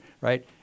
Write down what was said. right